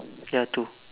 ya two